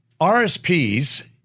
RSPs